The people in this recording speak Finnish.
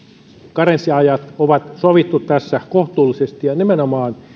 karenssiajat on sovittu tässä kohtuullisesti ja nimenomaan